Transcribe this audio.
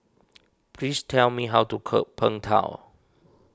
please tell me how to cook Png Tao